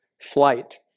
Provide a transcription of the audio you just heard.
flight